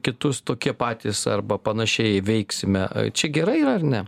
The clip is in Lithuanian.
kitus tokie patys arba panašiai veiksime čia gerai yra ar ne